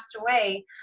away